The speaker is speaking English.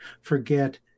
Forget